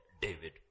David